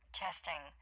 testing